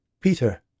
Peter